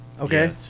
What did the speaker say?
Okay